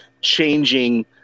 changing